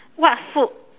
what food